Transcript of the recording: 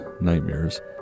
nightmares